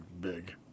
big